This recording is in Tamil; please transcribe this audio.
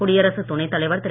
குடியரசுத் துணை தலைவர் திரு